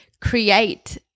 create